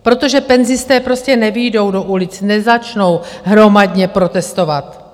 Protože penzisté prostě nevyjdou do ulic, nezačnou hromadně protestovat.